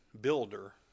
builder